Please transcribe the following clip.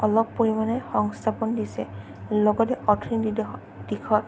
অলপ পৰিমাণে সংস্থাপন দিছে লগতে অৰ্থনৈতিক দিশত